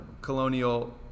colonial